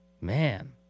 Man